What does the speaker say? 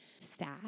sad